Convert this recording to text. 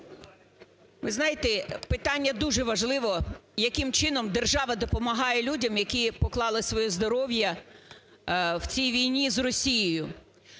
Ви знаєте, питання дуже важливе, яким чином держава допомагає людям, які поклали своє здоров'я в цій війні з Росією.